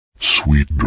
Sweet